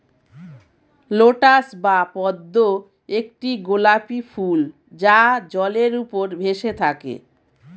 lotus বা পদ্ম একটি গোলাপী ফুল যা জলের উপর ভেসে থাকে